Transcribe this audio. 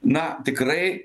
na tikrai